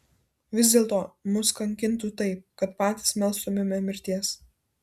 vis dėlto mus kankintų taip kad patys melstumėme mirties